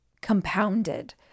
compounded